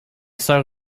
sœur